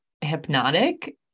hypnotic